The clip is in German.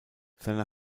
seine